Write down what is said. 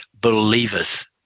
believeth